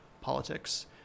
politics